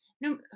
no